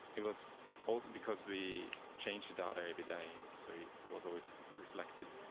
it was also because we changed the data every day, so it was always reflected,